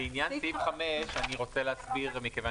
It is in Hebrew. לעניין סעיף 5 אני רוצה להסביר מכיוון